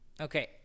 Okay